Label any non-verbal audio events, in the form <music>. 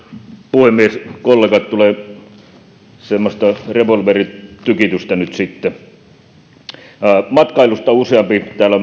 puhemies kollegat tulee semmoista revolveritykitystä nyt sitten useampi täällä <unintelligible>